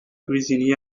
cuisiné